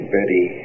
Betty